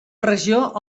regió